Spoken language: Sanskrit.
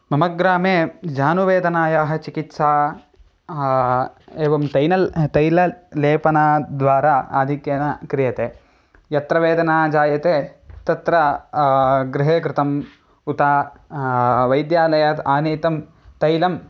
मम ग्रामे जानुवेदनायाः चिकित्सा एवं तैलं तैललेपनाद्वारा आधिक्येन क्रियते यत्र वेदना जायते तत्र गृहे कृतम् उत वैद्यालयात् आनीतं तैलं